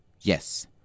yes